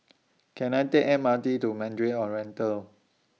Can I Take M R T to Mandarin Oriental